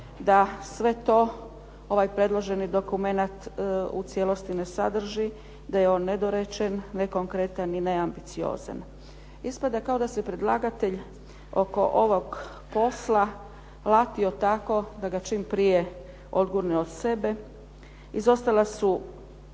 da sve to ovaj predloženi dokumenat u cijelosti ne sadrži, da je on nedorečen, nekonkretan i neambiciozan. Ispada kao da se predlagatelj oko ovog posla latio tako da ga čim prije odgurne od sebe. Izostala su